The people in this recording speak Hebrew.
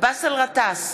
באסל גטאס,